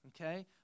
Okay